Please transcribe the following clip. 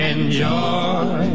Enjoy